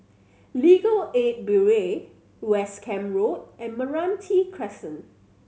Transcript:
Legal Aid Bureau West Camp Road and Meranti Crescent